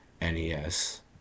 NES